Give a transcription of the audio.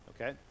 Okay